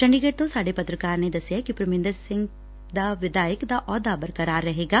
ਚੰਡੀਗੜ ਤੋ ਸਾਡੇ ਪੱਤਰਕਾਰ ਨੇ ਦਸਿਐ ਕਿ ਪਰਮਿੰਦਰ ਸਿੰਘ ਦਾ ਵਿਧਾਇਕ ਦਾ ਅਹੁੱਦਾ ਬਰਕਰਾਰ ਰਹੇਗਾ